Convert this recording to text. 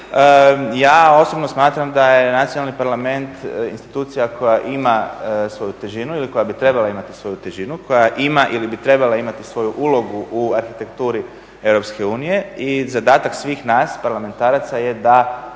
ja osobno smatram da je nacionalni parlament institucija koja ima svoju težinu ili koja bi trebala imati svoju težinu, koja ima ili bi trebala imati svoju ulogu u arhitekturi EU i zadatak svih nas parlamentaraca je da